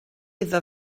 iddo